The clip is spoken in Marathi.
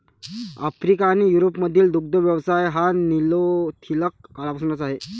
आफ्रिका आणि युरोपमधील दुग्ध व्यवसाय हा निओलिथिक काळापासूनचा आहे